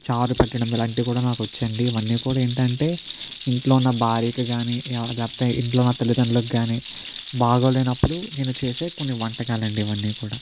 చారు పెట్టడం ఇలాంటివి కూడా నాకు వచ్చు అండి ఇవన్నీ కూడా ఏంటి అంటే ఇంట్లో ఉన్న భార్యకు కానీ లేకపోతే ఇంట్లో నా తల్లిదండ్రులకు కానీ బాగోలేనప్పుడు నేను చేసే కొన్ని వంటకాలండి ఇవన్నీ కూడా